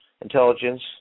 intelligence